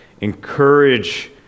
encourage